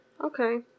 Okay